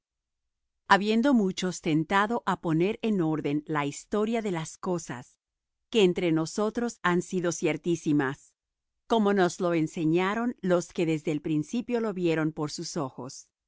habiendo muchos tentado á poner en orden la historia de las cosas que entre nosotros han sido ciertísimas como nos lo enseñaron los que desde el principio lo vieron por sus ojos